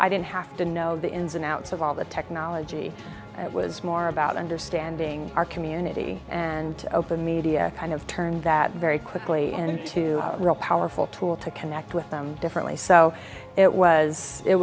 don't have to know the ins and outs of all the technology and it was more about understanding our community and open media kind of turned that very quickly and into a real powerful tool to connect with them differently so it was it